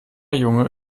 junge